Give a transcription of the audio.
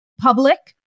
public